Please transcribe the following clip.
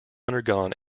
undergone